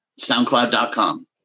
SoundCloud.com